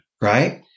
Right